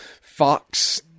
Fox